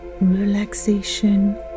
relaxation